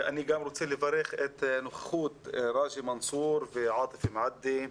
אני גם רוצה לברך על הנוכחות של ראג'י מנסור ועאטף מועדי,